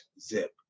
zip